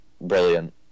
brilliant